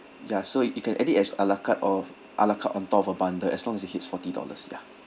ya so you can add it as ala carte or ala carte on top of a bundle as long as it hits forty dollars ya